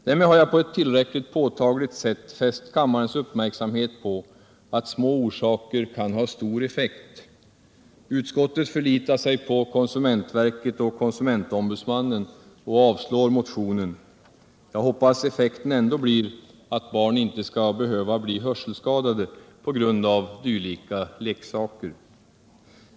Därmed har jag på ewt tillräckligt påtagligt sätt fäst kammarens uppmärksamhet på att små orsaker kan ha stor effekt. Utskottet förlitar sig på konsumentverket och KO och avstyrker motionen. Jag hoppas att effekten ändå blir att barn inte skall behöva bli hörselskadade Nr 120 på grund av dylika leksaker.